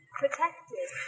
protected